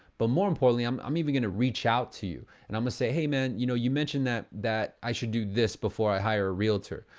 but more importantly, i'm i'm even gonna reach out to you. and i'm gonna say, hey man, you know you mentioned that that i should do this before i hire a realtor,